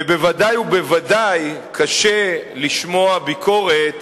ובוודאי ובוודאי קשה לשמוע ביקורת